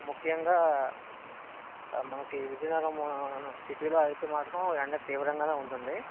ముఖ్యంగా మనకి విజయనగరం సిటీలో అయితే మాత్రం ఎండ తీవ్రంగానే ఉంటుంది